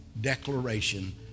declaration